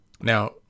Now